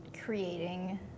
creating